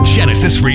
Genesis